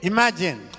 Imagine